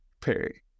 Perry